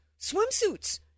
swimsuits